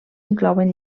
inclouen